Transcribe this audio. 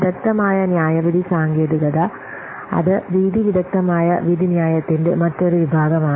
വിദഗ്ദ്ധമായ ന്യായവിധി സാങ്കേതികത അത് രീതി വിദഗ്ദ്ധമായ വിധിന്യായത്തിന്റെ മറ്റൊരു വിഭാഗമാണ്